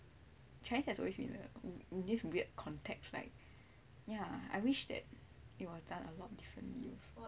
chinese has always been a this weird context like ya I wish that it was done a lot differently